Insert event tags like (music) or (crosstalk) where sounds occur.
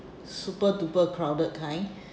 super duper crowded kind (breath)